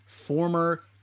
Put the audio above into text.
former